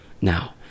now